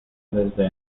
desde